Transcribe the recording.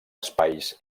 espais